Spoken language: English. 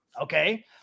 Okay